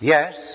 Yes